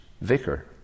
vicar